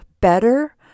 better